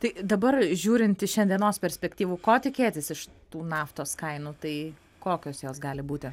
tai dabar žiūrint iš šiandienos perspektyvų ko tikėtis iš tų naftos kainų tai kokios jos gali būti